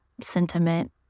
sentiment